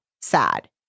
sad